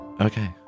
Okay